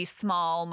small